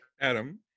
Adam